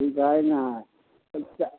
ठीक हय ने